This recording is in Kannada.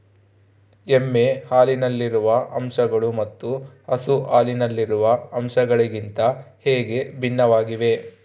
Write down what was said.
ಎಮ್ಮೆ ಹಾಲಿನಲ್ಲಿರುವ ಅಂಶಗಳು ಮತ್ತು ಹಸು ಹಾಲಿನಲ್ಲಿರುವ ಅಂಶಗಳಿಗಿಂತ ಹೇಗೆ ಭಿನ್ನವಾಗಿವೆ?